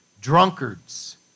drunkards